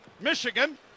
Michigan